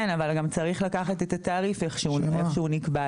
כן, אבל גם צריך לקחת את התעריך איך שהוא נקבע.